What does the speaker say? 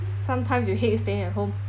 sometimes you hate staying at home